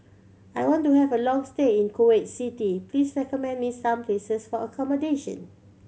I want to have a long stay in Kuwait City please recommend me some places for accommodation